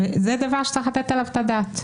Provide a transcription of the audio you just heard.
זה דבר שצריך לתת עליו את הדעת.